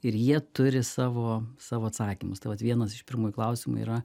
ir jie turi savo savo atsakymus tai vat vienas iš pirmųjų klausimų yra